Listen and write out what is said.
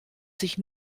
sich